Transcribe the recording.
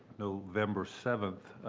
november seventh,